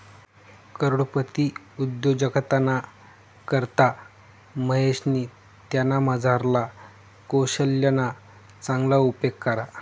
करोडपती उद्योजकताना करता महेशनी त्यानामझारला कोशल्यना चांगला उपेग करा